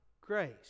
grace